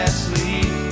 sleep